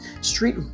Street